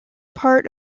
part